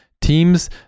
teams